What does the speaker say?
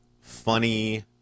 funny